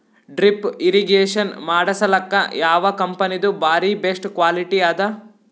Drip irrigation ಮಾಡಸಲಕ್ಕ ಯಾವ ಕಂಪನಿದು ಬಾರಿ ಬೆಸ್ಟ್ ಕ್ವಾಲಿಟಿ ಅದ?